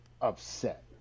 upset